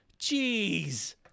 Jeez